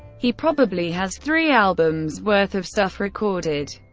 he probably has three albums worth of stuff recorded.